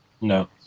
No